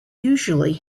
usually